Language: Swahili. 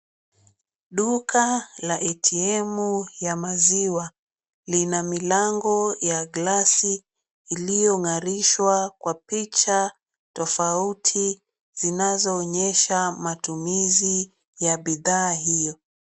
Duka la ATM ya maziwa lina milango ya gilasi iliyong'arishwa kwa picha tofauti zinazoonyesha matumizi ya bidhaa hio.